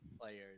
players